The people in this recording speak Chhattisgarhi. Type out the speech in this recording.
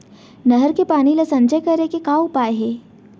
नहर के पानी ला संचय करे के का उपाय हे?